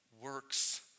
works